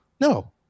No